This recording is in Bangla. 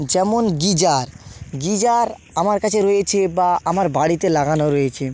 যেমন গিজার গিজার আমার কাছে রয়েছে বা আমার বাড়িতে লাগানো রয়েছে